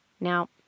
Now